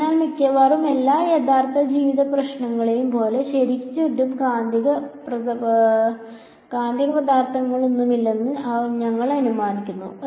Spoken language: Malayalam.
അതിനാൽ മിക്കവാറും എല്ലാ യഥാർത്ഥ ജീവിത പ്രശ്നങ്ങളേയും പോലെ ശരിക്ക് ചുറ്റും കാന്തിക പദാർത്ഥങ്ങളൊന്നുമില്ലെന്ന് ഞങ്ങൾ അനുമാനിക്കുന്നു